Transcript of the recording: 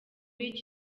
y’iki